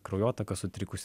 kraujotaka sutrikus